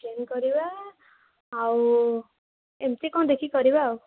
chicken କରିବା ଆଉ ଏମିତି କ'ଣ ଦେଖିକି କରିବା ଆଉ